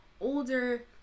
older